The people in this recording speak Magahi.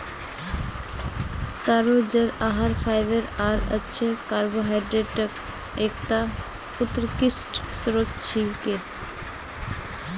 तारो जड़ आहार फाइबर आर अच्छे कार्बोहाइड्रेटक एकता उत्कृष्ट स्रोत छिके